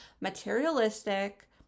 materialistic